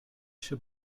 się